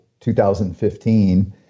2015